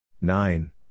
Nine